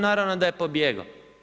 Naravno da je pobjegao.